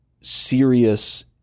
serious